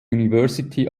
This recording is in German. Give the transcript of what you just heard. university